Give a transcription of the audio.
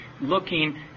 looking